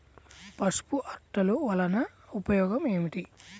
పసుపు అట్టలు వలన ఉపయోగం ఏమిటి?